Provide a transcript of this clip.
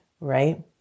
right